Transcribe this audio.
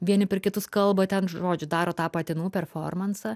vieni per kitus kalba ten žodžiu daro tą patinų performansą